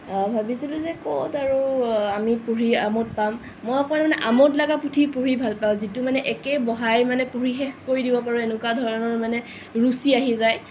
ভাবিছিলোঁ যে ক'ত আৰু আমি পঢ়ি আমোদ পাম মই কাৰণ আমোদ লগা পুথি পঢ়ি ভাল পাওঁ যিকোনো পুথি মানে এক বহাই মানে পঢ়ি শেষ কৰি দিব পাৰোঁ এনেকুৱা ধৰণৰ মানে ৰুচি আহি যায়